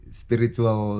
spiritual